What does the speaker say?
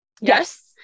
Yes